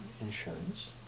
insurance